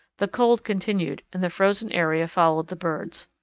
the cold continued and the frozen area followed the birds.